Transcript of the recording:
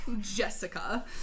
Jessica